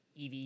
EV